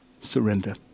surrender